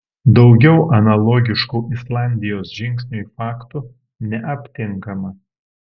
daugiau analogiškų islandijos žingsniui faktų neaptinkama